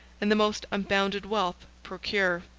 and the most unbounded wealth procure.